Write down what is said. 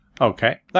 Okay